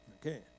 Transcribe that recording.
Okay